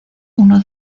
uno